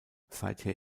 seither